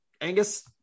angus